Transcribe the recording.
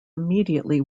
immediately